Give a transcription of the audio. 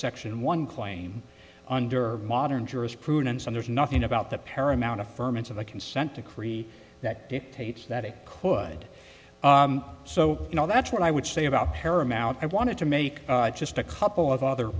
section one claim under modern jurisprudence and there's nothing about the paramount affirmative a consent decree that dictates that it could so you know that's what i would say about paramount i want to make just a couple of other